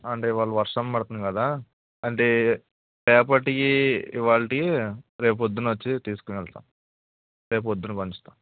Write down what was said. అంటే ఇవాళ వర్షం పడుతుంది కదా అంటే రేపటివి ఇవాల్టివి రేపొద్దున్న వచ్చి తీసుకుని వెళ్తా రేప్పొదున్న పంచుతా